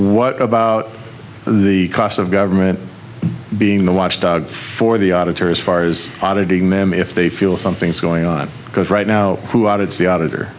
what about the cost of government being the watchdog for the auditors fars auditing them if they feel something's going on because right now who audits the auditor